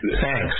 Thanks